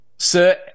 Sir